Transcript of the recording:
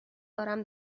دارم